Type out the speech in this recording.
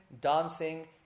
dancing